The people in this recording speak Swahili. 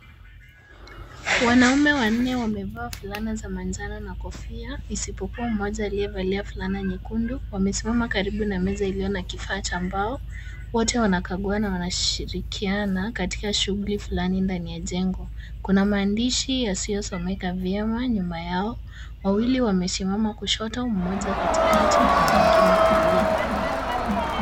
Wanaume wanne wamevaa fulana za manjano na kofia isipokuwa mmoja aliyevalia fulana nyekundu. Wamesimama karibu na meza iliyo na kifaa cha mbao. Wote wanakagua na wanashirikiana katika shughuli fulani ndani ya jengo. Kuna maandishi yasiyosomeka vyema nyuma yao. Wawili wamesimama kushoto, mmoja katikati na mwingine kulia.